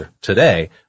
today